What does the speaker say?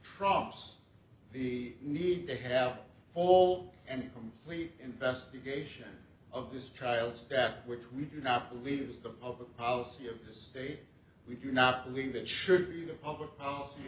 trumps the need to have full and complete investigation of this trial stack which we do not believe is the public policy of the state we do not believe it should be a public policy